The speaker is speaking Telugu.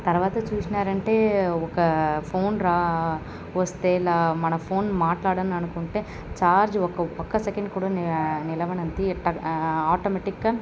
తర్వాత చూసినారంటే ఒక ఫోన్ రా వస్తే లా మన ఫోన్ మాట్లాడననుకుంటే చార్జ్ ఒక్క ఒక్క సెకెండ్ కూడా ఆ నిలవనంది ఇట్ట ఆ ఆటోమేటిక్గా